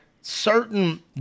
certain